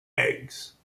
eggs